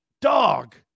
Dog